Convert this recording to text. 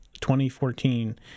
2014